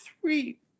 three